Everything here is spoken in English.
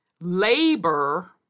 labor